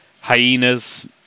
Hyenas